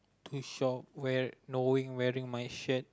to shop where knowing wearing my shirt